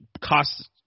cost